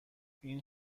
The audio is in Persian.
این